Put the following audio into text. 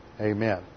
amen